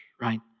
right